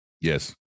Yes